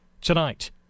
tonight